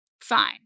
Fine